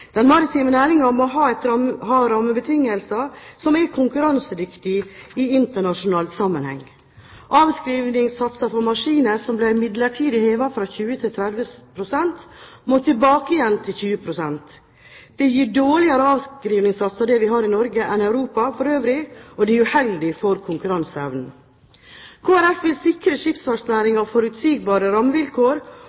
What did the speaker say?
Den maritime næringen må ha rammebetingelser som er konkurransedyktige i internasjonal sammenheng. Avskrivningssatsene for maskiner som ble midlertidig hevet fra 20 til 30 pst., må tilbake igjen til 20 pst. Det gir dårligere avskrivningssatser i Norge enn i Europa for øvrig, og det er uheldig for konkurranseevnen. Kristelig Folkeparti vil sikre